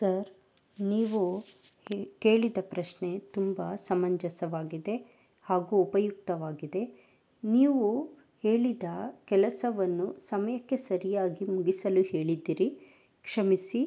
sir ನೀವು ಹೇ ಕೇಳಿದ ಪ್ರಶ್ನೆ ತುಂಬ ಸಮಂಜಸವಾಗಿದೆ ಹಾಗೂ ಉಪಯುಕ್ತವಾಗಿದೆ ನೀವು ಹೇಳಿದ ಕೆಲಸವನ್ನು ಸಮಯಕ್ಕೆ ಸರಿಯಾಗಿ ಮುಗಿಸಲು ಹೇಳಿದ್ದಿರಿ ಕ್ಷಮಿಸಿ